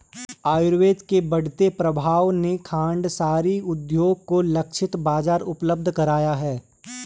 आयुर्वेद के बढ़ते प्रभाव ने खांडसारी उद्योग को लक्षित बाजार उपलब्ध कराया है